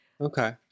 Okay